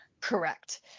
Correct